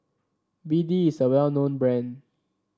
B D is a well known brand